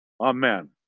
Amen